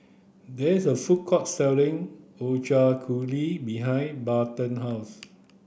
there is a food court selling Ochazuke behind Barton house